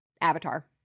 Avatar